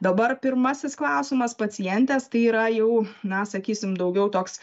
dabar pirmasis klausimas pacientės tai yra jau na sakysim daugiau toks